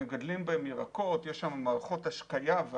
מגדלים בהם ירקות ויש שם מערכות השקיה.